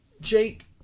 Jake –